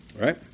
Right